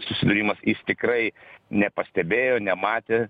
susidūrimas jis tikrai nepastebėjo nematė